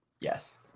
yes